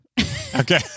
Okay